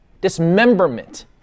Dismemberment